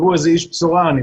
תראו איזה איש בשורה אני,